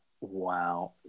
wow